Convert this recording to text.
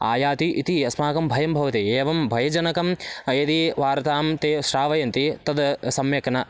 आयाति इति अस्माकं भयं भवति एवं भयजनकं यदि वार्तां ते श्रावयन्ति तद् सम्यक् न